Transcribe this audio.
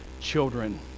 children